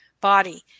body